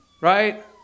Right